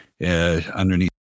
underneath